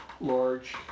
large